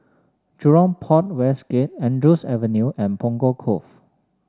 Jurong Port West Gate Andrews Avenue and Punggol Cove